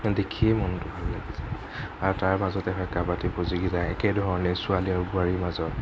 দেখিয়ে মনটো ভাল লাগি যায় আৰু তাৰপাছতে হয় কাবাডী প্ৰতিযোগিতা একেধৰণে ছোৱালী আৰু বোৱাৰীৰ মাজত